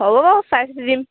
হ'ব বাৰু চাই চিতি দিম